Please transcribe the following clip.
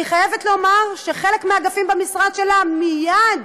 אני חייבת לומר שחלק מהאגפים במשרד שלה מייד